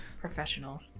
professionals